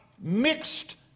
mixed